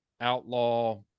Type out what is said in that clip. outlaw